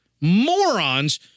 morons